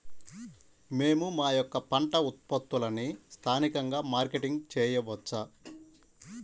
మేము మా యొక్క పంట ఉత్పత్తులని స్థానికంగా మార్కెటింగ్ చేయవచ్చా?